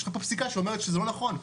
יש לך פה פסיקה שאומרת שזה לא נכון.